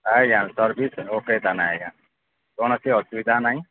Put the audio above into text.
ଆଜ୍ଞା service okay ତା ନା ଆଜ୍ଞା କୌଣସି ଅସୁବିଧା ନାହିଁ